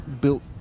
built